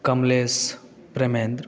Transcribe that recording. Kamlesh Premendra